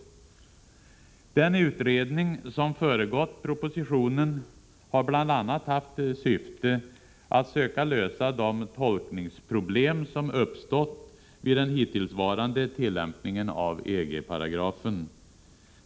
Den utredning som föregått propositionen har bl.a. haft till syfte att söka lösa de tolkningsproblem som uppstått vid den hittillsvarande tillämpningen av EG-paragrafen.